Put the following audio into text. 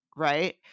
Right